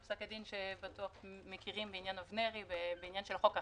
בפסק הדין שאתם בטוח מכירים בעניין אבנרי ובעניין חוק החרם.